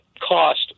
Cost